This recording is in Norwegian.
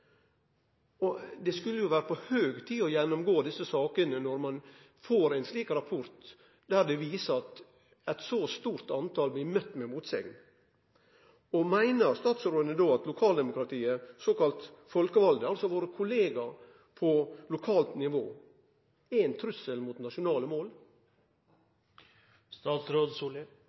Det skulle vere på høg tid å gjennomgå desse sakene når ein får ein rapport som viser at eit så stort tal blir møtt med motsegn. Meiner statsråden at lokaldemokratiet, såkalla folkevalde – altså våre kollegaer på lokalt nivå – er ein trussel mot nasjonale mål?